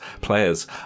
players